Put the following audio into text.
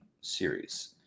series